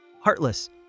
Heartless